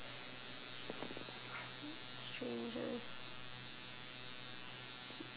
strangest